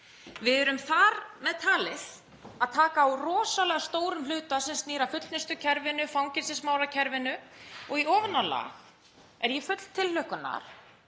Við erum þar með talið að taka á rosalega stórum hluta sem snýr að fullnustukerfinu, fangelsismálakerfinu, og í ofanálag er ég full tilhlökkunar